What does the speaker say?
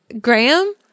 Graham